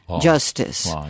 justice